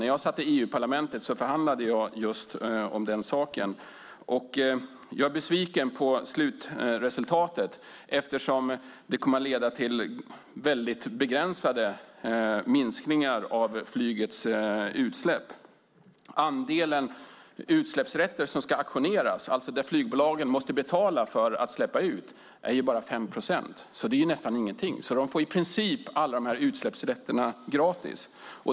När jag satt i EU-parlamentet förhandlade jag just om den saken. Jag är besviken på slutresultatet, eftersom det kom att leda till väldigt begränsade minskningar av flygets utsläpp. Andelen utsläppsrätter som ska auktioneras, alltså det som flygbolagen måste betala för att släppa ut, är ju bara 5 procent. Det är nästan ingenting, så de får i princip alla utsläppsrätterna gratis.